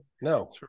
No